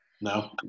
no